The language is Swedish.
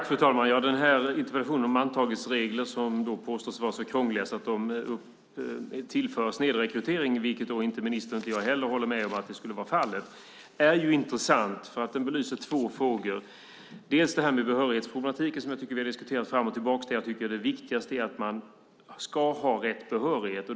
Fru talman! Den här interpellationen om antagningsregler som påstås vara så krångliga att de innebär en snedrekrytering, vilket ministern och jag inte håller med om är fallet, är intressant eftersom den belyser två frågor. Den första handlar om behörighetssproblematiken som jag tycker att vi har diskuterat fram och tillbaka där jag tycker att det viktigaste är att man ska ha rätt behörighet.